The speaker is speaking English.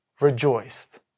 rejoiced